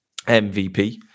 MVP